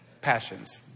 passions